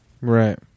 Right